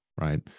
right